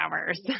hours